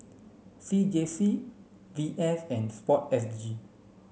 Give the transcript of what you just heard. C J C V S and sport S G